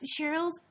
Cheryl's